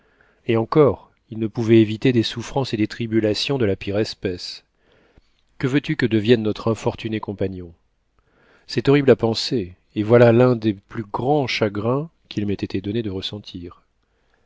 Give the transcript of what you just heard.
et encore ils ne pouvaient éviter des souffrances et des tribulations de la pire espèce que veux-tu que devienne notre infortuné compagnon c'est horrible à penser et voilà l'un des plus grands chagrins qu'il m'ait été donné de ressentir